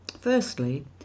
Firstly